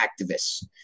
activists